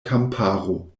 kamparo